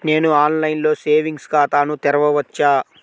నేను ఆన్లైన్లో సేవింగ్స్ ఖాతాను తెరవవచ్చా?